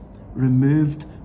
removed